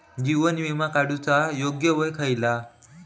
जीवन विमा काडूचा योग्य वय खयला?